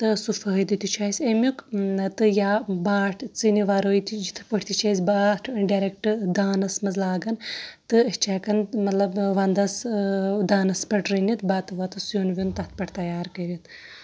تہٕ سُہ فٲیِدٕ تہِ چھُ اَسہِ اَمیُٚک نَتہٕ یا باٹھ ژِنہِ وَرٲے تہِ چھِ یِتھ پٲٹھۍ تہِ چھِ أسۍ باٹھ ڈریکٹ دانَس منٛز لاگان تہٕ أسۍ چھِ ہٮ۪کان مطلب وَندَس دانَس پٮ۪ٹھ رٔنِتھ بَتہٕ وَتہٕ سیُٚن ویُٚن تَتھ پٮ۪ٹھ تیار کٔرِتھ